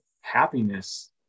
Happiness